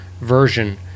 version